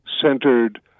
centered